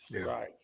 Right